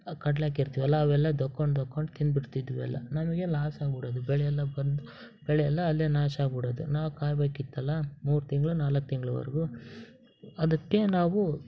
ಆ ಕಡಲೆ ಹಾಕಿರ್ತೀವಲ ಅವೆಲ್ಲ ದಕ್ಕೊಂಡು ದಕ್ಕೊಂಡು ತಿಂದು ಬಿಡ್ತಿದ್ವು ಎಲ್ಲ ನಮಗೆ ಲಾಸ್ ಆಗ್ಬಿಡೋದು ಬೆಳೆ ಎಲ್ಲ ಬಂದು ಬೆಳೆ ಎಲ್ಲ ಅಲ್ಲೇ ನಾಶ ಆಗ್ಬಿಡೋದು ನಾವು ಕಾಯಬೇಕಿತ್ತಲ್ಲ ಮೂರು ತಿಂಗಳು ನಾಲ್ಕು ತಿಂಗ್ಳವರ್ಗೂ ಅದಕ್ಕೆ ನಾವು